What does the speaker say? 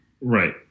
right